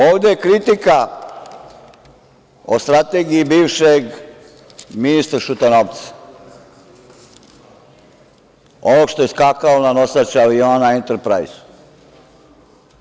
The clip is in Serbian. Ovde kritika o strategiji bivšeg ministra Šutanovca, onog što je skakao na nosač aviona enterprajz.